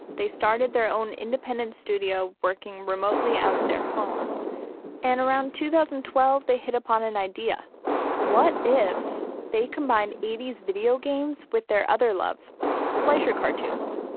they started their own independent studio working remotely out of their homes and around two thousand and twelve. they hit upon an idea what if they combine eighty s video games with their other love fleischer cartoons?